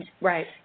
Right